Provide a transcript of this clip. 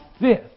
fifth